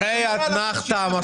אז סליחה, עם כל הכבוד.